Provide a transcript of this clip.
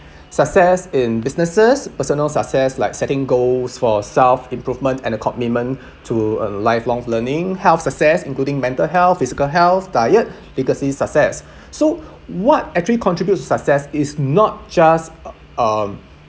success in businesses personal success like setting goals for self-improvement and a commitment to a lifelong learning health success including mental health physical health diet legacy success so what actually contribute to success is not just uh um